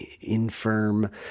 infirm